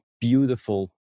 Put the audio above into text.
beautiful